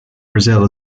brazil